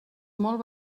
molt